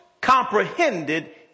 comprehended